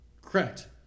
Correct